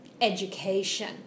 education